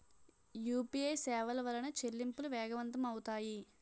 UPA సేవల వలన చెల్లింపులు వేగవంతం అవుతాయి